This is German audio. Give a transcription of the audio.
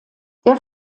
der